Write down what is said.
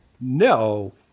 no